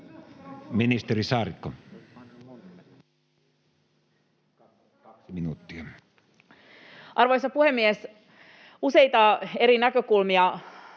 Ministeri Saarikko, 2 minuuttia. Arvoisa puhemies! Useita eri näkökulmia